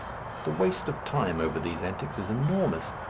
the waste of time over these antics is enormous,